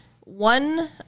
one